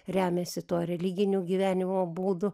remiasi tuo religiniu gyvenimo būdu